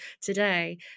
today